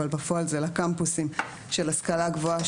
אבל בפועל זה לקמפוסים של השכלה גבוהה,